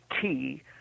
key